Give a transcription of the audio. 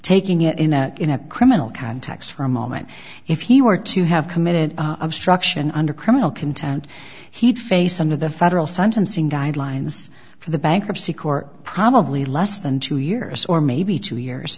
taking it in a in a criminal context for a moment if he were to have committed obstruction under criminal content he'd face under the federal sentencing guidelines for the bankruptcy court probably less than two years or maybe two years